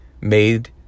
made